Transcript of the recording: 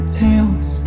tales